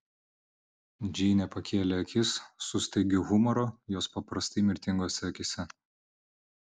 džeinė pakėlė akis su staigiu humoru jos paprastai mirtingose akyse